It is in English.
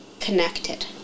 connected